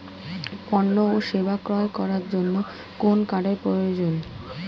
পণ্য ও সেবা ক্রয় করার জন্য কোন কার্ডের প্রয়োজন?